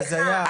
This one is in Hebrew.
זה הזיה.